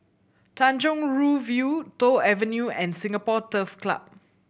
Tanjong Rhu View Toh Avenue and Singapore Turf Club